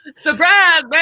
Surprise